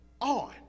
on